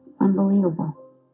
Unbelievable